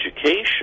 education